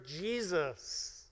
Jesus